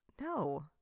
No